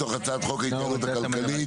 מתוך הצעת חוק ההתייעלות הכלכלית.